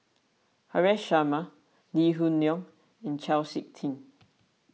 Haresh Sharma Lee Hoon Leong and Chau Sik Ting